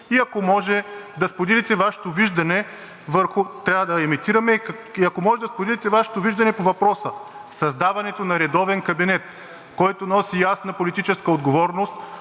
Ако може да споделите Вашето виждане по въпроса: създаването на редовен кабинет, който носи ясна политическа отговорност,